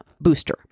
Booster